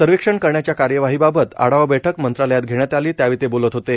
सव्हॅक्षण करण्याच्या कार्यवाहीबाबत आढावा बैठक मंत्रालयात घेण्यात आली त्यावेळी ते बोलत होते